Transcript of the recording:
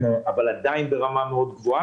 אבל עדיין הן ברמה גבוהה מאוד.